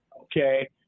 Okay